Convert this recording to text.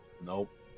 Nope